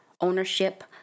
ownership